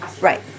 Right